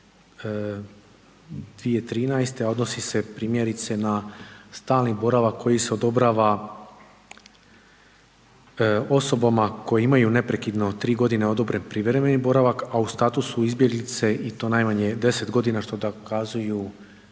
iz 2013., a odnosi se primjerice na stalni boravak koji se odobrava osobama koje imaju neprekidno privremeno odobren privremeni boravak, a u statusu izbjeglice i to najmanje 10 godina što dokazuju potvrdom